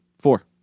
Four